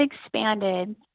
expanded